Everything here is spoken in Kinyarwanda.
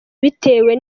bitewe